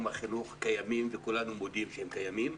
החינוך קיימים וכולנו מודים שהם קיימים.